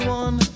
one